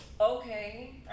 Okay